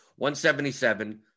177